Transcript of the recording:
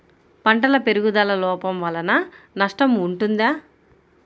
పంటల పెరుగుదల లోపం వలన నష్టము ఉంటుందా?